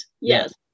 yes